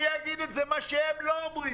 אני אגיד מה שהם לא אומרים.